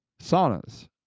saunas